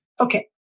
Okay